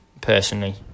personally